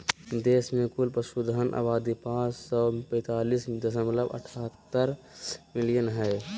देश में कुल पशुधन आबादी पांच सौ पैतीस दशमलव अठहतर मिलियन हइ